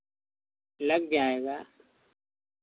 लग जाएगा